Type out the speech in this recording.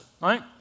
right